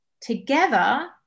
together